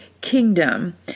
kingdom